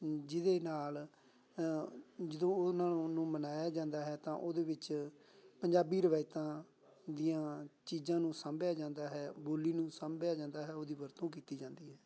ਜਿਹਦੇ ਨਾਲ ਜਦੋਂ ਉਹਨਾਂ ਨੂੰ ਮਨਾਇਆ ਜਾਂਦਾ ਹੈ ਤਾਂ ਉਹਦੇ ਵਿੱਚ ਪੰਜਾਬੀ ਰਵਾਇਤਾਂ ਦੀਆਂ ਚੀਜ਼ਾਂ ਨੂੰ ਸਾਂਭਿਆ ਜਾਂਦਾ ਹੈ ਬੋਲੀ ਨੂੰ ਸਾਂਭਿਆ ਜਾਂਦਾ ਹੈ ਉਹਦੀ ਵਰਤੋਂ ਕੀਤੀ ਜਾਂਦੀ ਹੈ